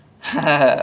oh ya Marvel